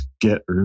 get